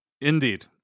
Indeed